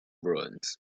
ruins